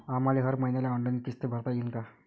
आम्हाले हर मईन्याले ऑनलाईन किस्त भरता येईन का?